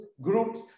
groups